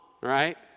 right